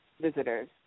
visitors